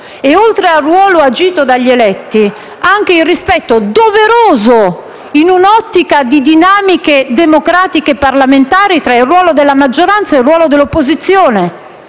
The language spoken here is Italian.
Oltre al ruolo agito dagli eletti occorre anche un rispetto doveroso, in un'ottica di dinamiche democratiche parlamentari, del ruolo della maggioranza e del ruolo dell'opposizione,